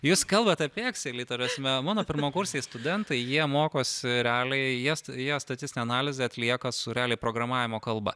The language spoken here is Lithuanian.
jūs kalbat apie ekselį ta prasme mano pirmakursiai studentai jie mokosi realiai jie jie statistinę analizę atlieka su realiai programavimo kalba